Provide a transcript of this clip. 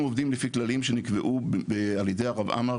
אנחנו עובדים לפי כללים שנקבעו על ידי הרב עמאר,